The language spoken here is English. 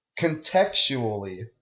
Contextually